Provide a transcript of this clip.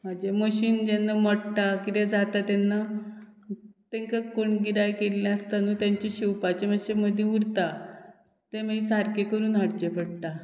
म्हाजें मशीन जेन्ना मोडटा कितें जाता तेन्ना तांकां कोण गिरायक केल्लें आसतना तेंचें शिंवपाचें मातशें मदीं उरता तें मागीर सारकें करून हाडचें पडटा